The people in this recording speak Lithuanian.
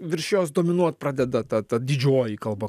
virš jos dominuot pradeda ta ta didžioji kalba